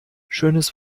schönes